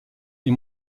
est